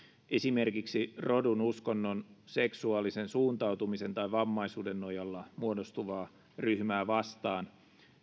esimerkiksi rodun uskonnon seksuaalisen suuntautumisen tai vammaisuuden nojalla muodostuvaa ryhmää vastaan